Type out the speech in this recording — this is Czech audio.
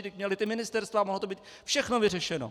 Vždyť měli ty ministerstva, mohlo to být všechno vyřešeno.